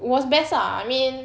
was best ah I mean